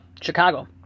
Chicago